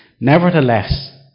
Nevertheless